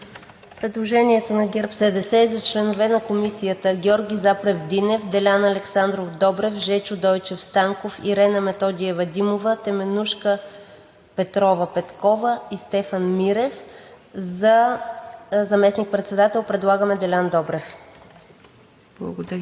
Предложението на ГЕРБ-СДС за членове на Комисията Георги Запрев Динев, Делян Александров Добрев, Жечо Дойчев Станков, Ирена Методиева Димова, Теменужка Петрова Петкова и Стефан Мирев. За заместник-председател предлагаме Делян Добрев.